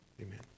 amen